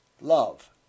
love